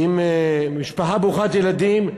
עם משפחה ברוכת ילדים,